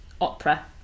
opera